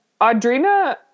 Audrina